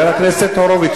למה את שמה אותי